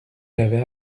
l’avais